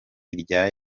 irya